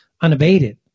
unabated